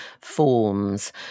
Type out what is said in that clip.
forms